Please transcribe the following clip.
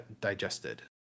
digested